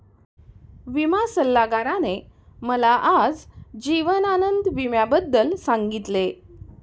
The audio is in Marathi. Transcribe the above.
विमा सल्लागाराने मला आज जीवन आनंद विम्याबद्दल सांगितले